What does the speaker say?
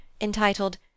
entitled